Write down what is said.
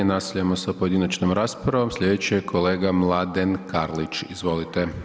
Nastavljamo sa pojedinačnom raspravom, slijedeći je kolega Mladen Karlić, izvolite.